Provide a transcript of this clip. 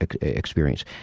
experience